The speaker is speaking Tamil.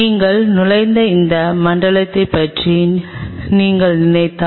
நீங்கள் நுழைந்த இந்த மண்டலத்தைப் பற்றி நீங்கள் நினைத்தால்